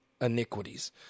iniquities